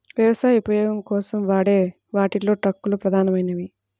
వ్యవసాయ ఉపయోగం కోసం వాడే వాటిలో ట్రక్కులు ప్రధానమైనవి